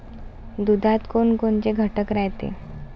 दुधात कोनकोनचे घटक रायते?